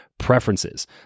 Preferences